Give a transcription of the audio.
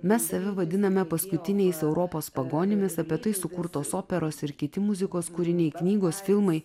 mes save vadiname paskutiniais europos pagonimis apie tai sukurtos operos ir kiti muzikos kūriniai knygos filmai